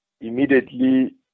Immediately